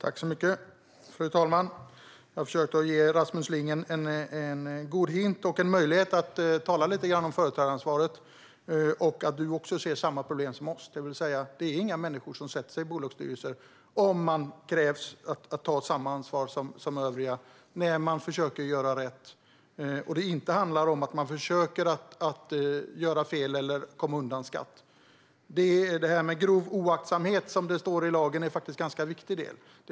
Fru talman! Jag försökte ge Rasmus Ling en hint och en möjlighet att tala lite grann om företagaransvaret och att du ser samma problem som vi, det vill säga att inga människor sätter sig i bolagsstyrelser om det krävs att man tar samma ansvar som övriga när man försöker göra rätt och det inte handlar om att man försöker göra fel eller komma undan skatt. Grov oaktsamhet, som det står i lagen, är en ganska viktig del.